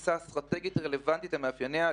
תפיסה אסטרטגית רלוונטית למאפייניה,